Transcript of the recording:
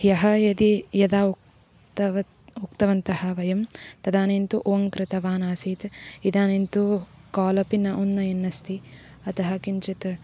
ह्यः यदि यदा उक्तवन्तः उक्तवन्तः वयं तदानीन्तु ओं कृतवानासीत् इदानीं तु काल् अपि न उन्नयन्नस्ति अतः किञ्चित्